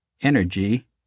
energy